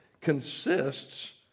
consists